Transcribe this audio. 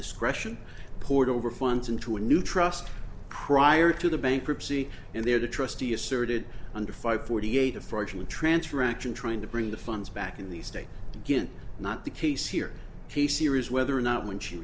discretion poured over funds into a new trust prior to the bankruptcy and there the trustee asserted under five forty eight a fraudulent transfer action trying to bring the funds back in the state again not the case here case here is whether or not when she